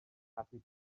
happy